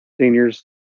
seniors